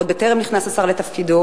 עוד בטרם נכנס השר לתפקידו,